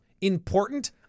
Important